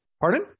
Pardon